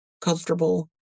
comfortable